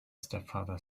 stepfather